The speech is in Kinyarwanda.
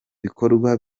bikorwa